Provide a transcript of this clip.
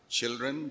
children